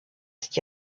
ist